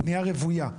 בנייה רוויה?